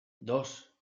dos